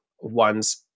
ones